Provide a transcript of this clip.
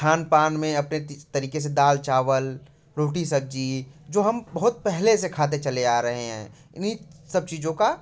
खान पान में अपने जिस तरीके से दाल चावल रोटी सब्जी जो हम बहुत पहले से खाते चले आ रहे हैं उन्हीं सब चीज़ों का